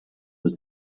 was